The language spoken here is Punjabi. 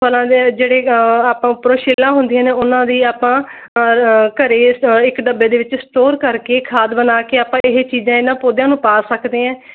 ਉਹਨਾਂ ਨੇ ਜਿਹੜੀ ਗਾ ਆਪਾਂ ਪ੍ਰੋਸ਼ੀਲਾ ਹੁੰਦੀਆਂ ਨੇ ਉਹਨਾਂ ਦੀ ਆਪਾਂ ਘਰੇ ਇੱਕ ਡੱਬੇ ਦੇ ਵਿੱਚ ਸਟੋਰ ਕਰਕੇ ਖਾਦ ਬਣਾ ਕੇ ਆਪਾਂ ਇਹ ਚੀਜ਼ਾਂ ਇਹਨਾਂ ਪੌਦਿਆਂ ਨੂੰ ਪਾ ਸਕਦੇ ਹਾਂ